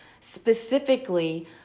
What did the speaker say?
specifically